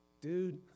dude